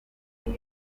turi